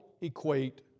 equate